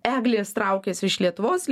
eglės traukiasi iš lietuvos